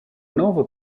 nouva